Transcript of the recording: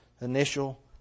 initial